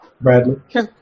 Bradley